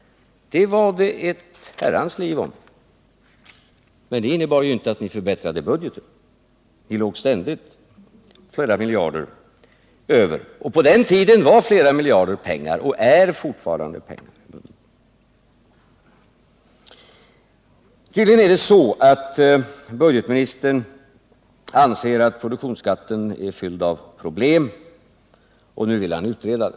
Det var det ett herrans liv om. Men det innebar inte att ni förbättrade budgeten. Ni låg ständigt flera miljarder över. På den tiden var flera miljarder pengar och är fortfarande pengar. Tydligen anser budgetministern att produktionsskatten är fylld av problem, och nu vill han utreda den.